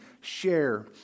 Share